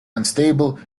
unstable